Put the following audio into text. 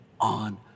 on